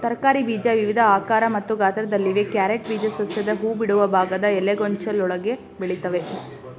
ತರಕಾರಿ ಬೀಜ ವಿವಿಧ ಆಕಾರ ಮತ್ತು ಗಾತ್ರದಲ್ಲಿವೆ ಕ್ಯಾರೆಟ್ ಬೀಜ ಸಸ್ಯದ ಹೂಬಿಡುವ ಭಾಗದ ಎಲೆಗೊಂಚಲೊಳಗೆ ಬೆಳಿತವೆ